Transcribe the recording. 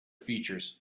features